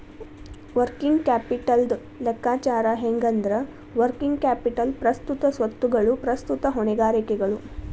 working ಕ್ಯಾಪಿಟಲ್ದ್ ಲೆಕ್ಕಾಚಾರ ಹೆಂಗಂದ್ರ, ವರ್ಕಿಂಗ್ ಕ್ಯಾಪಿಟಲ್ ಪ್ರಸ್ತುತ ಸ್ವತ್ತುಗಳು ಪ್ರಸ್ತುತ ಹೊಣೆಗಾರಿಕೆಗಳು